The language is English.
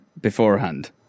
beforehand